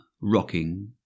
rocking